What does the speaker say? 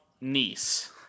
niece